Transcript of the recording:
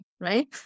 right